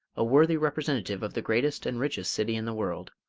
a worthy representative of the greatest and richest city in the world.